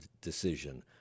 decision